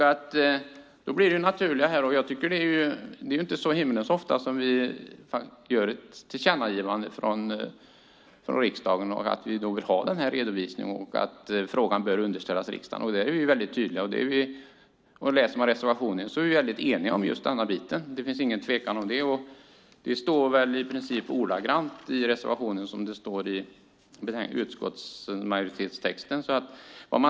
Det är inte så himla ofta som riksdagen gör ett tillkännagivande där vi säger att vi vill ha en redovisning och att frågan bör underställas riksdagen. Där är vi väldigt tydliga. Läser man reservationen finner man att vi är väldigt eniga om just den här biten. Det råder ingen tvekan om det. Det som står i reservationen är i princip ordagrant det som står i utskottsmajoritetens text.